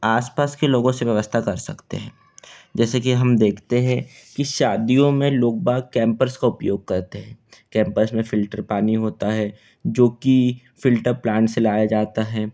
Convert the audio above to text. आसपास के लोगों से व्यवस्था कर सकते हैं जैसे कि हम देखते हैं की शादियों में लोग बाग कैंपर्स का उपयोग करते हैं कैंपर्स में फ़िल्टर पानी होता है जो कि फ़िल्टर प्लांट से लाया जाता है